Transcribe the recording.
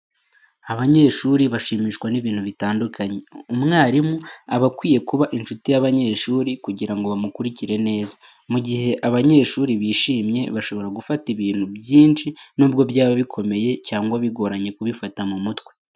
Abanyeshuri bashimishwa n'ibintu bitandukanye. Umwarimu aba akwiye kuba inshuti y'abanyeshuri kugira ngo bamukurikire neza. Mu gihe abanyeshuri bishimye bashobora gufata ibintu byinshi, nubwo byaba bikomeye cyangwa bigoranye kubifata mu mutwe.